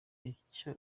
iryo